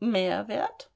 mehr wert